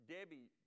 Debbie